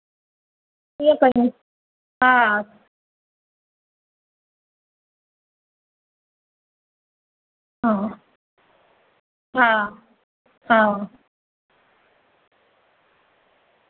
हा हा ईंअ सुठो रहंदव ऐं हिक हिक प्लेन कुर्तो ऐं मन प्रिंट ते सलवार या प्रिंट ते कुर्तो प्लेन सलवार रओ प्रिंट ते ईंदो आ उए ॿ मन चार शै जी अलग अलग वैराइटी ईंदव त सुठी लगंदव